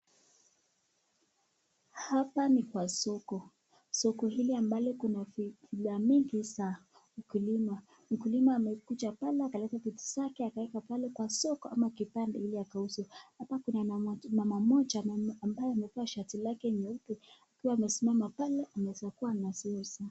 Hapa ni kwa soko. Soko hili ambalo kuna vyakula mingi za mkulima. Mkulima amekuja pale akaleta vitu zake akaeka pale kwa soko ama kibanda ili akauze. Hapa kuna mama mmoja ambaye amevaa shati lake nyeupe akiwa amesimama pale anaweza kuwa anaziuza.